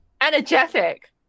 energetic